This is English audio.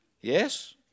Yes